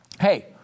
Hey